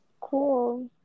Cool